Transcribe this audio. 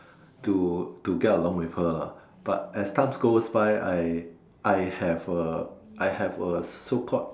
to to get along with her lah but as time goes by I I have a I have a so called